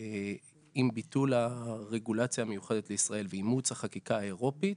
עם ביטול הרגולציה המיוחדת לישראל ואימוץ החקיקה האירופית,